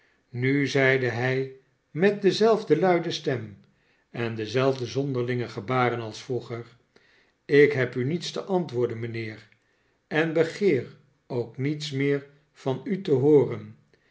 nu zeide hij met dezelfde luide stem en dezelfde zonderlinge gebaren als yroeger ik heb u niets te antwoorden mijnheer en begeer ook niets meer van u te hooren